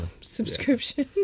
subscription